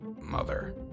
mother